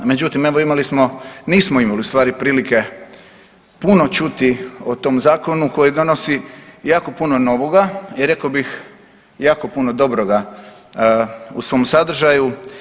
Međutim evo imali smo, nismo u stvari imali prilike puno čuti o tom zakonu koji donosi jako puno novoga i rekao bih jako puno dobroga u svom sadržaju.